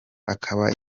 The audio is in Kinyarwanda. akaba